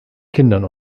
kindern